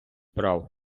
прав